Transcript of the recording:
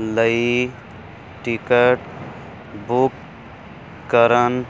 ਲਈ ticket book ਕਰਨ